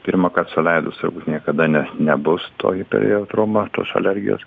pirmąkart suleidus niekada ne nebus to hyper jautrumo tos alergijos